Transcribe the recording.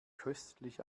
köstlich